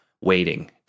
waiting